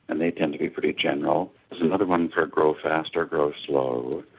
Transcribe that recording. and they tend to be pretty general. there's another one for grow fast or grow slow,